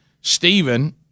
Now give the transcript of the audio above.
Stephen